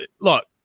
look